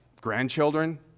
grandchildren